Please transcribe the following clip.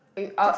eh you uh